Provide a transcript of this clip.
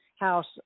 House